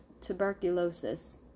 tuberculosis